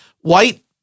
white